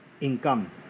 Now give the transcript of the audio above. income